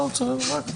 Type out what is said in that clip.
כהן,